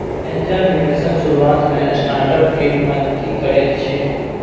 angel निबेशक शुरुआत मे स्टार्टअप केर मदति करैत छै